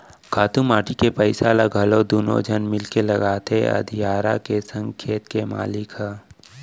खातू माटी के पइसा ल घलौ दुनों झन मिलके लगाथें अधियारा के संग खेत के मालिक ह